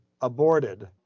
aborted